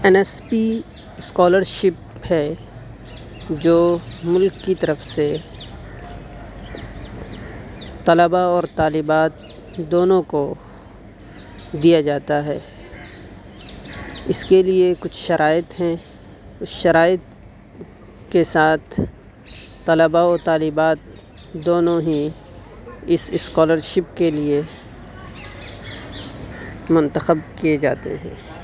N S P scholarship ہے جو ملک کی طرف سے طلباء اور طالبات دونوں کو دیا جاتا ہے اس کے لیے کچھ شرائط ہیں اس شرائط کے ساتھ طلباء و طالبات دونوں ہی اس اسکالرشپ کے لیے